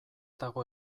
dago